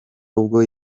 ubwo